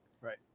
right